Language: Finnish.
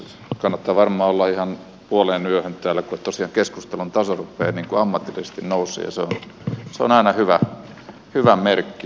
kannattaa varmaan olla ihan puoleen yöhön täällä kun tosiaan keskustelun taso rupeaa ammatillisesti nousemaan ja se on aina hyvän merkki